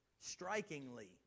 strikingly